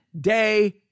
day